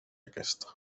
aquesta